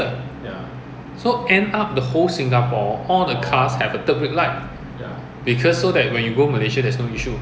that breach all these rule [one] ah exhaust illegal the window tint illegal come come in come in no catch free